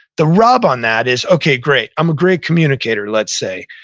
the rub on that is, okay, great. i'm a great communicator, let's say,